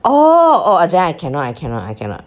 orh orh then I cannot I cannot I cannot